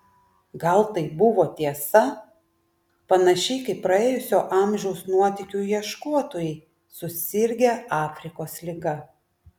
gal tai buvo tiesa panašiai kaip praėjusio amžiaus nuotykių ieškotojai susirgę afrikos liga